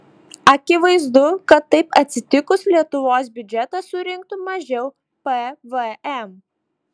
akivaizdu kad taip atsitikus lietuvos biudžetas surinktų mažiau pvm